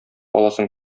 аласым